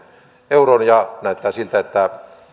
euroon näyttää siltä että